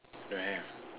don't have